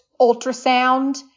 ultrasound